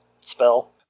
spell